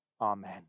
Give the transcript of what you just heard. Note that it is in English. Amen